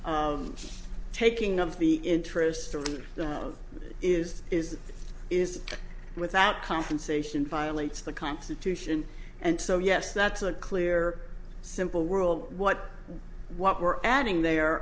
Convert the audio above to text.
of taking of the interest of is is is without compensation violates the constitution and so yes that's a clear simple world what what we're adding there